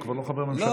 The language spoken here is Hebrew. הוא כבר לא חבר ממשלה.